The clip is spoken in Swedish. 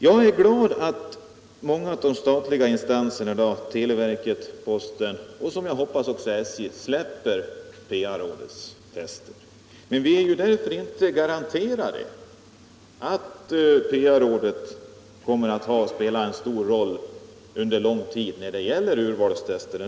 Jag är glad att många av de statliga instanserna i dag — televerket, posten och, som jag hoppas, även SJ — släpper PA-rådets tester. Men vi har ju ändå inte fått garanti för att inte PA-rådet kommer att spela en stor roll under en lång tid när det gäller urvalstester.